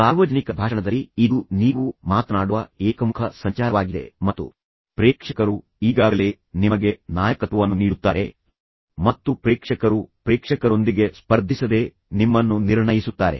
ಸಾರ್ವಜನಿಕ ಭಾಷಣದಲ್ಲಿ ಇದು ನೀವು ಮಾತನಾಡುವ ಏಕಮುಖ ಸಂಚಾರವಾಗಿದೆ ಮತ್ತು ಪ್ರೇಕ್ಷಕರು ಈಗಾಗಲೇ ನಿಮಗೆ ನಾಯಕತ್ವವನ್ನು ನೀಡುತ್ತಾರೆ ಮತ್ತು ಪ್ರೇಕ್ಷಕರು ಪ್ರೇಕ್ಷಕರೊಂದಿಗೆ ಸ್ಪರ್ಧಿಸದೆ ನಿಮ್ಮನ್ನು ನಿರ್ಣಯಿಸುತ್ತಾರೆ